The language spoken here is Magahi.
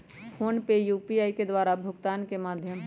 फोनपे यू.पी.आई द्वारा भुगतान के माध्यम हइ